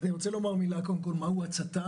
אני רוצה לומר קודם מילה על מהו הצט"ם,